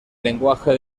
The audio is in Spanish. lenguaje